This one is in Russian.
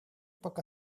пока